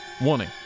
Warning